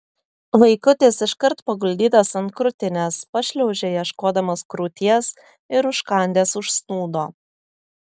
vaikutis iškart paguldytas ant krūtinės pašliaužė ieškodamas krūties ir užkandęs užsnūdo